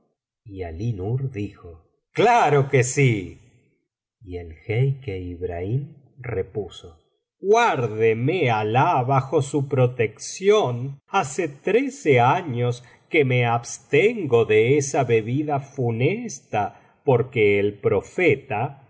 y ali nur dijo claro que sí y el jeique ibrahim repuso guárdeme alah bajo su protección hace trece años que me abstengo de esa bebida funesta porque el profeta